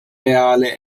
reale